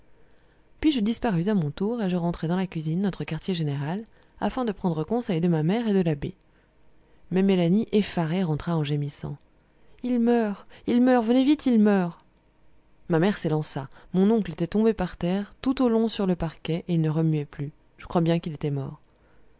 puis je disparus à mon tour et je rentrai dans la cuisine notre quartier général afin de prendre conseil de ma mère et de l'abbé mais mélanie effarée rentra en gémissant il meurt il meurt venez vite il meurt ma mère s'élança mon oncle était tombé par terre tout au long sur le parquet et il ne remuait plus je crois bien qu'il était déjà mort